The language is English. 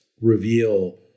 reveal